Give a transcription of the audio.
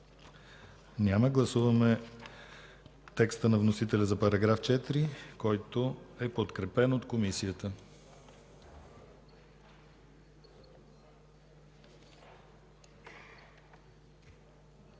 да гласуваме текста на вносителя за § 2, който се подкрепя от Комисията.